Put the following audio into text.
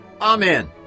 Amen